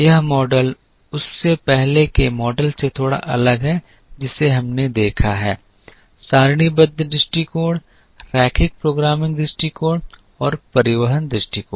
यह मॉडल उस से पहले के मॉडल से थोड़ा अलग है जिसे हमने देखा है सारणीबद्ध दृष्टिकोण रैखिक प्रोग्रामिंग दृष्टिकोण और परिवहन दृष्टिकोण